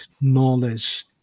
knowledge